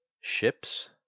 ships